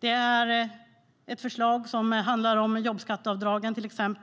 finns ett förslag som handlar om jobbskatteavdragen.